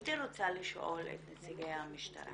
היית רוצה לשאול את נציגי המשטרה